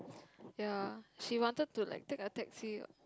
ya she wanted to like take a taxi